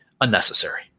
unnecessary